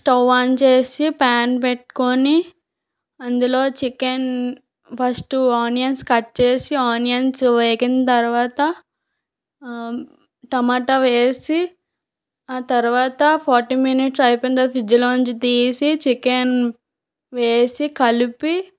stove ఆన్చేసి pan పెట్టుకోని అందులో చికెన్ ఫస్ట్ ఆనియన్స్ కట్ చేసి ఆనియన్స్ వేగిన తర్వాత టమాటా వేసి ఆ తర్వాత ఫార్టీ మినిట్స్ అయిపోయిన తర్వాత ఫ్రిడ్జ్లో నుంచి తీసి చికెన్ వేసి కలిపి